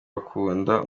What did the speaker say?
bakunda